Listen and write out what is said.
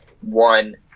One